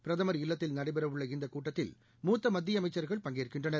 பிரதமர் இல்லத்தில் நடைபெறவுள்ளஇந்தக்கூட்டத்தில் மூத்த மத்திய அமைச்சர்கள் பங்கேற்கின்றனர்